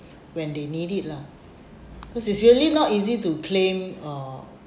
when they need it lah cause it's really not easy to claim uh